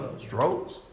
strokes